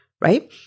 right